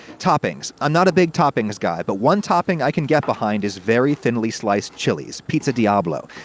toppings. i'm not a big toppings guy, but one topping i can get behind is very thinly sliced chiles pizza diablo.